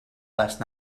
last